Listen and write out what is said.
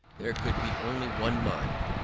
there could be only one mind,